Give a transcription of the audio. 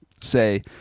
say